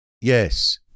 Yes